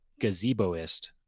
Gazeboist